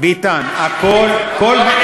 ביטן, הכול, כל,